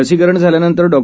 लसीकरण झाल्यानंतर डॉ